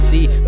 See